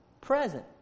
present